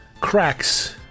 cracks